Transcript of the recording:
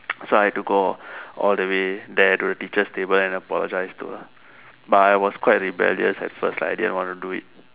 so I have to go all the way there to the teacher's table and apologize to her but I was quite rebellious at first like I didn't want to do it